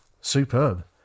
Superb